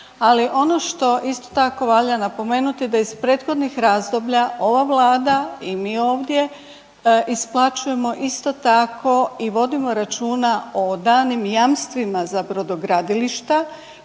Ali ono što isto tako valja napomenuti da iz prethodnih razdoblja ova vlada i mi ovdje isplaćujemo isto tako i vodimo računa o daljnjim jamstvima za brodogradilišta